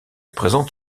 présente